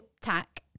tack